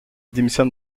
démissionne